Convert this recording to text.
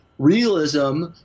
Realism